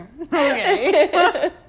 Okay